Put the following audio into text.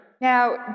Now